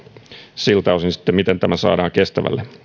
siltä osin miten tämä saadaan kestävälle